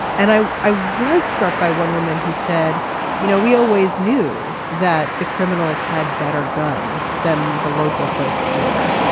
and i i was struck by one woman who said you know we always knew that the criminals had better guns than the local folks here.